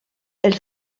elle